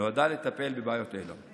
נועדה לטפל בבעיות אלו.